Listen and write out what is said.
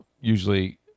usually